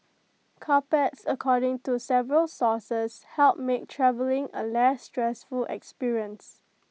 carpets according to several sources help make travelling A less stressful experience